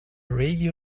radio